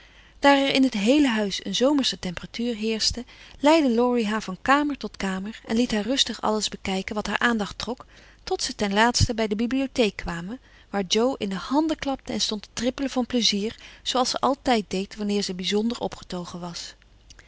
daar er in het heele huis een zomersche temperatuur heerschte leidde laurie haar van kamer tot kamer en liet haar rustig alles bekijken wat haar aandacht trok tot ze ten laatste bij de bibliotheek kwamen waar jo in de handen klapte en stond te trippelen van plezier zooals ze altijd deed wanneer ze bijzonder opgetogen was